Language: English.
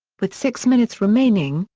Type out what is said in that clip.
with six minutes remaining,